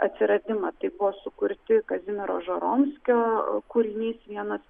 atsiradimą taip buvo sukurti kazimiero žoromskio kūrinys vienas